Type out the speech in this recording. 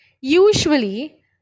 usually